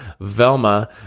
velma